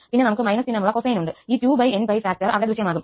പിന്നെ നമുക്ക് '′ ചിഹ്നമുള്ള കൊസൈൻ ഉണ്ട് ഈ 2nπ ഫാക്ടർ അവിടെ ദൃശ്യമാകും